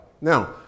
Now